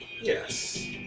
Yes